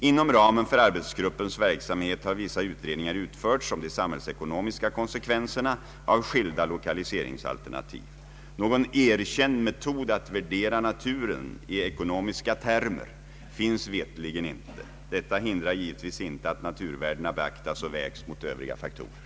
Inom ramen för arbetsgruppens verksamhet har vissa utredningar utförts om de samhällsekonomiska konsekvenserna av skilda lokaliseringsalternativ. Någon erkänd metod att värdera naturen i ekonomiska termer finns veterligen inte. Detta hindrar givetvis inte att naturvärdena beaktas och vägs mot övriga faktorer.